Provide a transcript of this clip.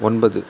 ஒன்பது